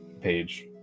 Page